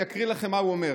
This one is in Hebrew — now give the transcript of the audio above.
אני אקריא לכם מה הוא אומר,